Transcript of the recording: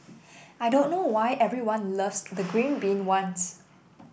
I don't know why everyone loves the green bean ones